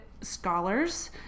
scholars